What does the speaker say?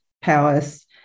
powers